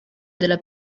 della